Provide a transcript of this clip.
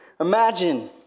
Imagine